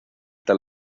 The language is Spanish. tal